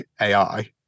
AI